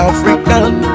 African